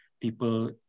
people